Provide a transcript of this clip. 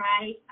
right